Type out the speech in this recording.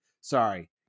Sorry